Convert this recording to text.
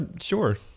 Sure